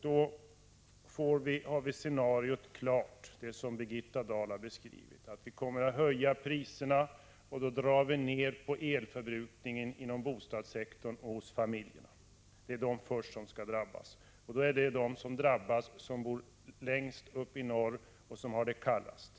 Det scenario som Birgitta Dahl har beskrivit är klart: Vi kommer att höja priserna. Då drar vi ned elförbrukningen inom bostadssektorn och hos familjerna. Det är de som skall drabbas först. De som råkar värst ut är de som bor längst uppe i norr och som har det kallast.